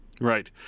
Right